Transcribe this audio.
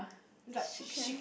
chicken